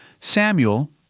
Samuel